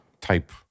type